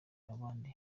abandi